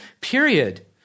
period